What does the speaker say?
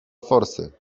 forsy